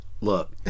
look